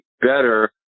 better